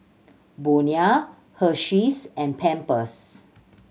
Bonia Hersheys and Pampers